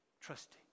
Trusting